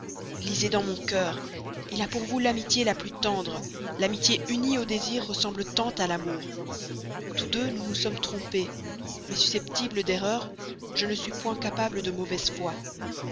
lisez dans mon cœur il a pour vous l'amitié la plus tendre l'amitié unie au désir ressemble tant à l'amour tous deux nous nous sommes trompés mais susceptible d'erreur je ne suis point capable de mauvaise foi